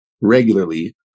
regularly